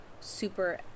super